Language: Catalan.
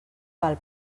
val